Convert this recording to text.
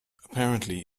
apparently